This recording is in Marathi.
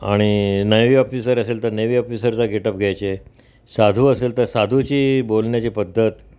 आणि नैवी ऑफिसर असेल तर नैवी ऑफिसरचा गेटअप घ्यायचे साधू असेल तर साधूची बोलण्याची पद्धत